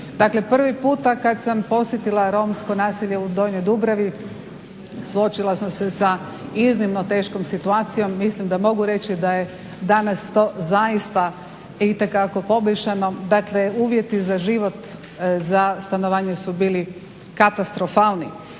prvi puta kada sam posjetila romsko naselje u Donjoj Dubravi suočila sam se sa iznimno teškom situacijom, mislim da mogu reći da je to danas zaista itekako poboljšano dakle uvjeti za život za stanovanje su bili katastrofalni.